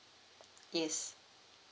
yes